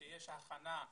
שיש הכנה,